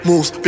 Moves